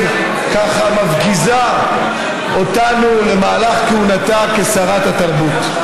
מפגיזה אותנו בהן במהלך כהונתה כשרת התרבות.